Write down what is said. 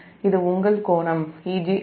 இது உங்கள் கோணம் Eg∟δ